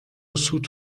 سوت